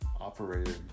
operated